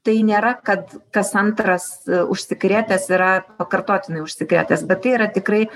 tai nėra kad kas antras užsikrėtęs yra pakartotinai užsikrėtęs bet tai yra tikrai